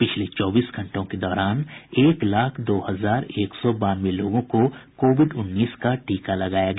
पिछले चौबीस घंटों के दौरान एक लाख दो हजार एक सौ बानवे लोगों को कोविड उन्नीस का टीका लगाया गया